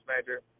major